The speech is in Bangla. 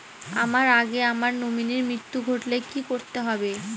আমার আগে আমার নমিনীর মৃত্যু ঘটলে কি করতে হবে?